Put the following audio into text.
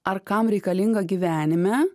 ar kam reikalinga gyvenime